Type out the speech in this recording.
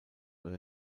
oder